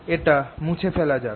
এটা মুছে ফেলা যাক